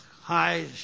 high